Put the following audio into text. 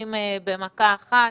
ציפורים במכה אחת,